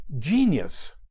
Genius